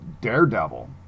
Daredevil